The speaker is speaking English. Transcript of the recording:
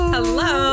Hello